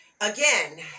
again